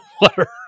water